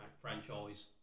franchise